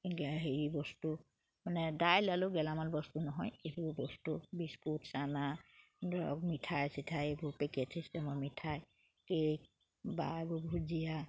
হেৰি বস্তু মানে দাইল আলু গেলামান বস্তু নহয় এইবোৰ বস্তু বিস্কুট চানা ধৰক মিঠাই চিঠাই এইবোৰ পেকেট চিষ্টেমৰ মিঠাই কেক বা ভুজীয়া